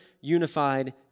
unified